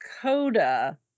coda